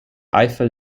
eiffel